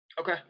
Okay